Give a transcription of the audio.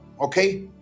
okay